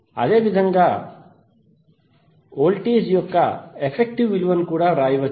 అదేవిధంగా వోల్టేజ్ యొక్క ఎఫెక్టివ్ విలువను కూడా వ్రాయవచ్చు